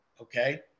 Okay